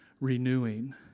renewing